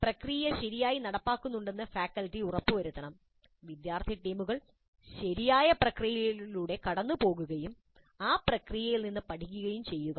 പ്രക്രിയ ശരിയായി നടപ്പാക്കുന്നുണ്ടെന്ന് ഫാക്കൽറ്റി ഉറപ്പുവരുത്തണം വിദ്യാർത്ഥി ടീമുകൾ ശരിയായ പ്രക്രിയയിലൂടെ കടന്നുപോകുകയും ആ പ്രക്രിയയിൽ നിന്ന് പഠിക്കുകയും ചെയ്യുക